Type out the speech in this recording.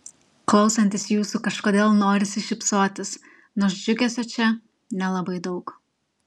klausantis jūsų kažkodėl norisi šypsotis nors džiugesio čia nelabai daug